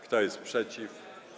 Kto jest przeciw?